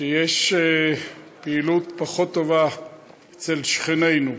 שיש פעילות פחות טובה אצל שכנינו,